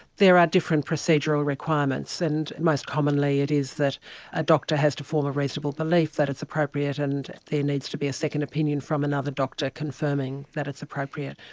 there are different procedural requirements, and and most commonly it is that a doctor has to form a reasonable belief that it's appropriate, and there needs to be a second opinion from another doctor confirming that it's appropriate.